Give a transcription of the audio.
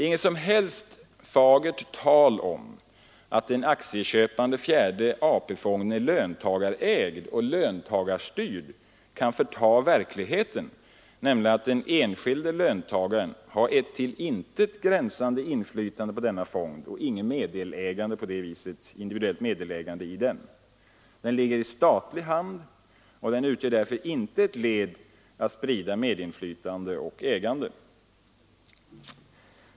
Inget som helst fagert tal om att en aktieköpande fjärde AP-fond är löntagarägd och löntagarstyrd kan dölja verkligheten, nämligen att den enskilde löntagaren har ett till intet gränsande inflytande på denna fond och inget individuellt meddelägande i den. Den ligger i statlig hand, och den utgör därför inte ett led i något spridande av medinflytande och ägande.